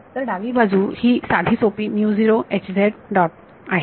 तर डावी बाजू ही साधी सोपी आहे